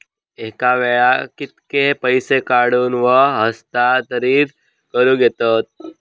एका वेळाक कित्के पैसे काढूक व हस्तांतरित करूक येतत?